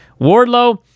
wardlow